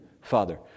father